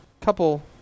couple